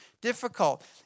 difficult